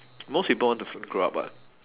most people want to f~ grow up [what]